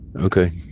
Okay